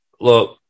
Look